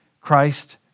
Christ